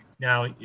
now